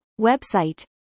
website